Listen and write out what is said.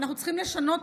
אנחנו צריכים לשנות